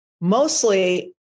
mostly